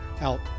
out